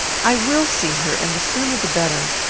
i will see her, and the sooner the better.